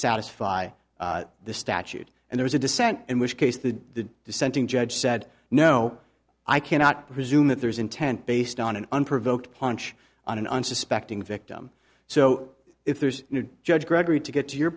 satisfy the statute and there was a dissent in which case the dissenting judge said no i cannot presume that there is intent based on an unprovoked punch on an unsuspecting victim so if there's no judge gregory to get to your